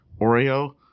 Oreo